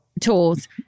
tools